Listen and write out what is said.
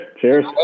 Cheers